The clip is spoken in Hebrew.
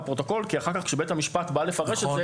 בפרוטוקול כי אחר כך כאשר בית המשפט בא לפרש את זה,